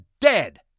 dead